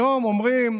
היום אומרים: